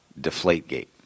Deflategate